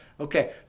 Okay